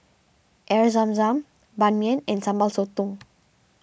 Air Zam Zam Ban Mian and Sambal Sotong